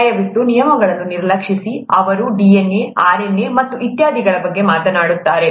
ದಯವಿಟ್ಟು ನಿಯಮಗಳನ್ನು ನಿರ್ಲಕ್ಷಿಸಿ ಅವರು DNA RNA ಮತ್ತು ಇತ್ಯಾದಿಗಳ ಬಗ್ಗೆ ಮಾತನಾಡುತ್ತಾರೆ